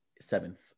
seventh